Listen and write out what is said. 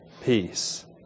peace